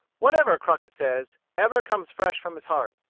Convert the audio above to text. whatever crockett says, ever comes fresh from his heart.